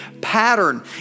pattern